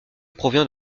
provient